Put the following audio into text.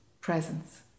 presence